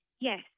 yes